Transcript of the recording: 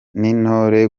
intore